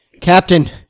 Captain